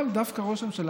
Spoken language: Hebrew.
אבל דווקא ראש הממשלה,